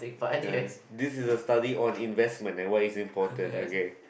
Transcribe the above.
uh this is a study on investment and what is important okay